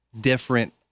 Different